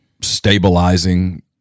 stabilizing